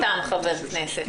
אין סתם חבר כנסת.